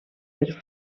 per